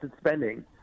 spending